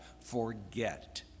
forget